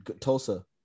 Tulsa